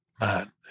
man